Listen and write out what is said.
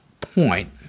point